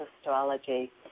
Astrology